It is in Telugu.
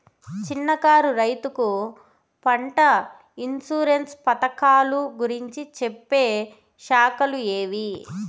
చిన్న కారు రైతుకు పంట ఇన్సూరెన్సు పథకాలు గురించి చెప్పే శాఖలు ఏవి?